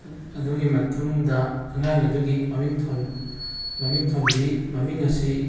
ꯑꯗꯨꯒꯤ ꯃꯇꯨꯡꯗ ꯑꯉꯥꯡ ꯑꯗꯨꯒꯤ ꯃꯃꯤꯡ ꯃꯃꯤꯡ ꯊꯣꯟꯕꯤ ꯃꯃꯤꯡ ꯑꯁꯤ